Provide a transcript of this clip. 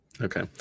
Okay